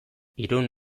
irun